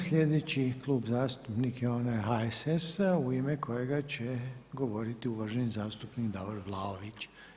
Sljedeći klub zastupnika je onaj HSS-a u ime kojega će govoriti uvaženi zastupnik Davor Vlaović.